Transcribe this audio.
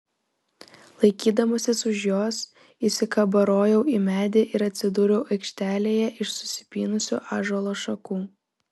laikydamasis už jos įsikabarojau į medį ir atsidūriau aikštelėje iš susipynusių ąžuolo šakų